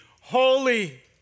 holy